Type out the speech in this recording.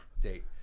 date